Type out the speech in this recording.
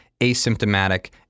asymptomatic